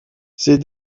ces